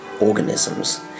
organisms